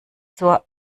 zur